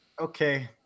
Okay